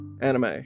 anime